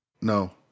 no